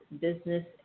Business